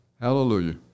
Hallelujah